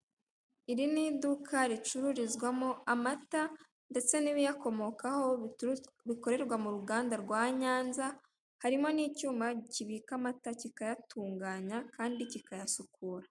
Iri ni iduka ricururizwamo amata ndetse n'ibiyakomokaho bikorerwa mu ruganda rwa Nyanza, harimo n'icyuma kibika amata kikayatunganya kandi kikayasukura.